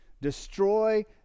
destroy